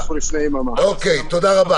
תודה רבה.